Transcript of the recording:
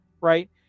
right